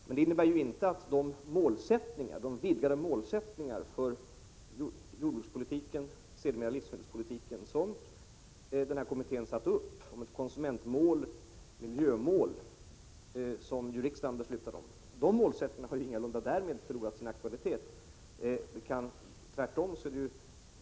Men det innebär ingalunda att de vidgade målsättningar för jordbrukspolitiken och sedermera livsmedelspolitiken som kommittén satte upp och som omfattade även ett konsumentmål och ett miljömål — vilka ju riksdagen beslutade om — därmed har förlorat sin aktualitet.